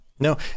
No